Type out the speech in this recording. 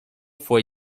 fue